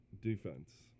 defense